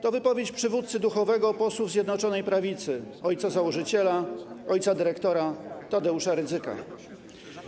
To wypowiedź przywódcy duchowego posłów Zjednoczonej Prawicy, ojca założyciela, ojca dyrektora Tadeusza Rydzyka.